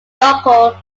local